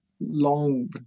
long